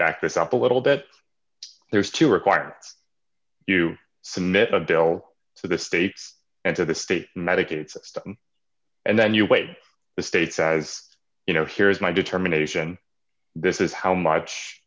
back this up a little bit there is to require you submit a bill to the state and to the state medicaid system and then you wait the state says you know here's my determination this is how much